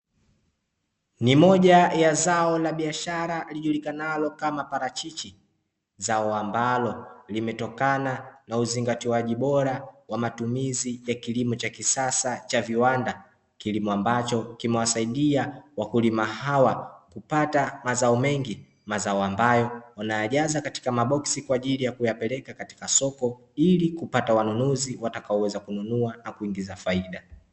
Moja ya zao la biashara lijulikanalo kama palachichi zao ambalo limetokana na uzingatiaji bora cha kilimo cha mi sasa na kiwanda husaisia wakulima kupata mazao mengi. Mazao wana ya jaza katika maboksi na kuyapeleka katika masoko ili kupata wanunuzi watakao nununua na kupata faida.